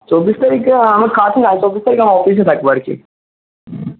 চব্বিশ তারিখে আমি থাকিনা চব্বিশ তারিখে আমি অফিসে থাকবো আর কি